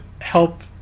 help